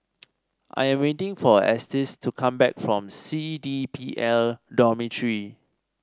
I am waiting for Estes to come back from C D P L Dormitory